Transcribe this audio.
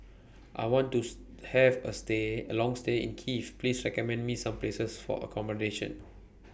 I want to Have A stay A Long stay in Kiev Please recommend Me Some Places For accommodation